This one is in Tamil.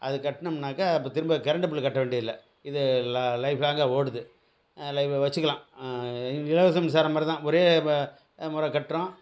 அது கட்டினம்னாக்கா இப்போ திரும்ப கரெண்டு பில் கட்ட வேண்டியதில்லை இது ல லைஃப் லாங்காக ஓடுது லை வச்சுக்கலாம் இலவச மின்சாரம் மாதிரி தான் ஒரே இப்போ முறை கட்டறோம்